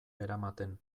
eramaten